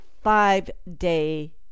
five-day